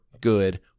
good